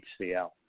HCl